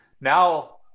now